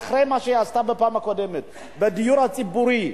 אחרי מה שהיא עשתה בפעם הקודמת בדיור הציבורי,